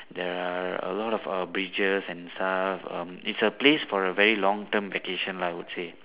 there are a lot of err bridges and stuff um it's a place for a very long term vacation lah I would say